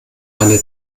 eine